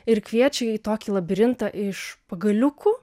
ir kviečia į tokį labirintą iš pagaliukų